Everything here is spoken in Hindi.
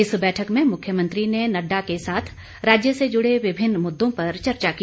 इस बैठक में मुख्यमंत्री ने नड्डा के साथ राज्य से जुड़े विभिन्न मुद्दों पर चर्चा की